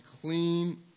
clean